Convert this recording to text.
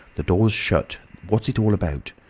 the door's shut. what's it all about?